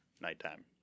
Nighttime